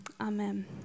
amen